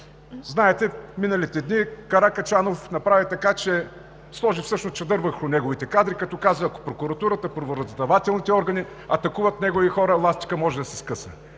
Знаете, миналите дни Каракачанов направи така, че сложи всъщност чадър върху неговите кадри, като каза, че ако Прокуратурата, правораздавателните органи атакуват негови хора, ластикът може да се скъса.